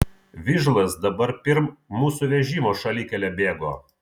vižlas dabar pirm mūsų vežimo šalikele bėgo